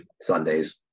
Sundays